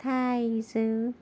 تھائیزو